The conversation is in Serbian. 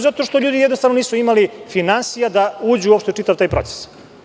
Zato što ljudi jednostavno nisu imali finansija da uđu u čitava taj proces.